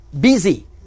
busy